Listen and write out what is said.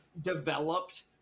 Developed